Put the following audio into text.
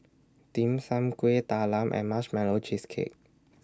Dim Sum Kueh Talam and Marshmallow Cheesecake